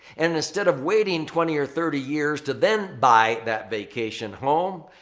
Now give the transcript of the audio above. and instead of waiting twenty or thirty years to then buy that vacation home,